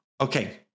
Okay